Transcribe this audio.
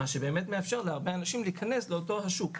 מה שמאפשר להרבה אנשים להיכנס לאותו שוק.